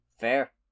Fair